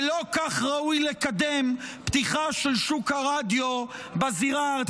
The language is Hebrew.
-- ולא כך ראוי לקדם פתיחה של שוק הרדיו בזירה הארצית.